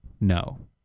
No